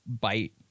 bite